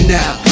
now